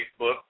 Facebook